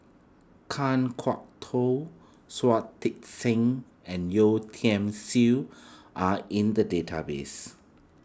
Kan Kwok Toh Shui Tit Sing and Yeo Tiam Siew are in the database